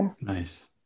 nice